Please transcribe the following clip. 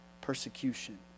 persecution